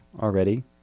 already